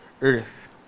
earth